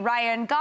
Ryan